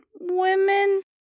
women